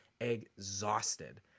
exhausted